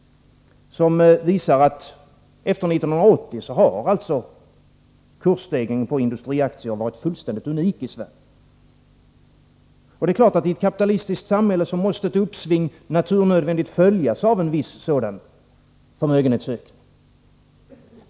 Den visar att efter 1980 har kursstegringen på industriaktier varit fullständigt unik i Sverige. Det är klart att i ett kapitalistiskt samhälle måste ett uppsving naturnödvändigt följas av en viss sådan förmögenhetsökning.